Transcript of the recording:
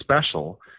special